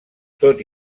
tot